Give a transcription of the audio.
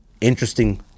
Interesting